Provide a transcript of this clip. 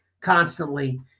constantly